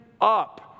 up